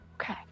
Okay